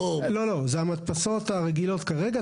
לא, לא, זה המדפסות הרגילות כרגע.